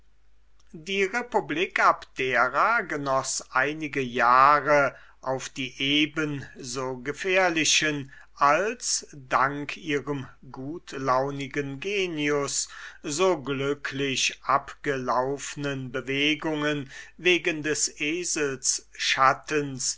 die republik abdera genoß einige jahre auf die eben so gefährlichen als dank ihrem gutlaunigen genius so glücklich abgelaufnen bewegungen wegen des eselsschatten